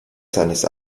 seines